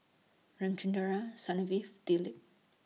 Ramchundra Dilip